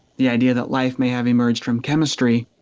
the idea that life may have emerged from chemistry,